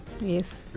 Yes